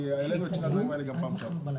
העלינו את שני הדברים האלה גם בפעם שעברה.